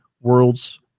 world's